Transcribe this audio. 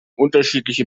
unterschiedliche